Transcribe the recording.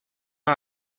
vin